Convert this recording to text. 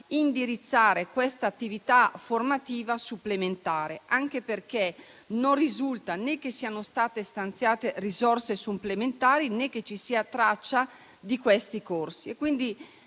indirizzare questa attività formativa supplementare, anche perché non risulta né che siano state stanziate risorse supplementari, né che ci sia traccia di questi corsi.